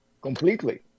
completely